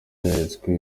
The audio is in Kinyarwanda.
yeretswe